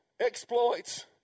exploits